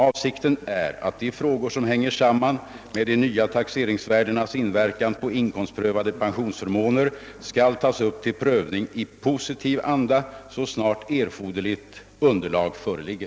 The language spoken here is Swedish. Avsikten är att de frågor som hänger samman med de nya taxeringsvärdenas inverkan på inkomstprövade pensionsförmåner skall tas upp till prövning i positiv anda så snart erforderligt underlag föreligger.